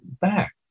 back